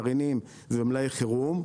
גרעינים ומלאי חירום,